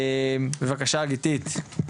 בבקשה גיתית.